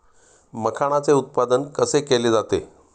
मखाणाचे उत्पादन कसे केले जाते?